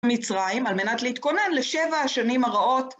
מצרים, על מנת להתכונן לשבע השנים הרעות.